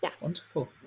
Wonderful